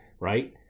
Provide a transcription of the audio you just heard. right